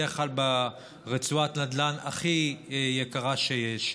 בדרך כלל ברצועת הנדל"ן הכי יקרה שיש,